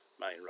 main